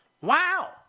Wow